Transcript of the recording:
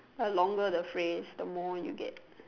the longer the phrase the more you get